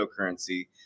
cryptocurrency